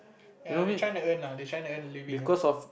ya they're trying to earn lah they're trying to earn a living ah